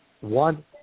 One